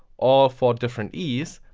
all for different e's.